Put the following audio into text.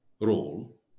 role